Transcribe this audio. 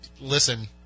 listen